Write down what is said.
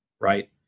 right